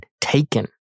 taken